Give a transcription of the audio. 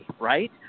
right